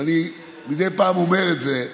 ואני מדי פעם אני אומר את זה: